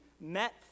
met